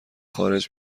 خارج